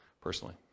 personally